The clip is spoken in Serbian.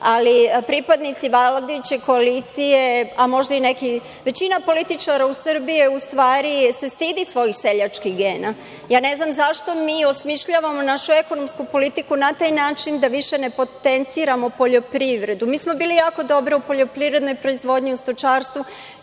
ali pripadnici vladajuće koalicije, a možda i većina političara u Srbiji se u stvari stidi svojih seljačkih gena. Ne znam zašto mi osmišljavamo našu ekonomsku politiku na taj način da više ne potenciramo poljoprivredu. Mi smo bili jako dobri u poljoprivrednoj proizvodnji, u stočarstvu,